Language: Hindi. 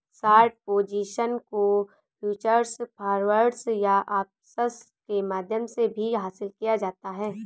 शॉर्ट पोजीशन को फ्यूचर्स, फॉरवर्ड्स या ऑप्शंस के माध्यम से भी हासिल किया जाता है